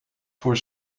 voor